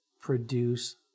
produce